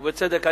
ובצדק.